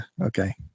Okay